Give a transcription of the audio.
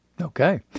Okay